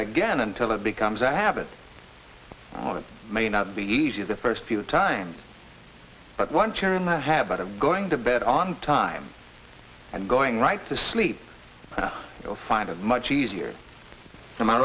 again until it becomes a habit on it may not be easy the first few times but once you're in the habit of going to bed on time and going right to sleep you'll find it much easier on my